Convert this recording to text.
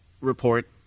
report